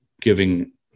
giving